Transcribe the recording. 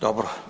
Dobro.